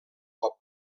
com